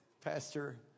Pastor